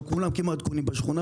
כמעט כולם קונים במכולות.